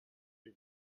end